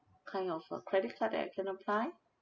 kind of a credit card that I can apply